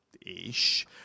ish